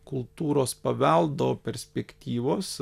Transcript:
kultūros paveldo perspektyvos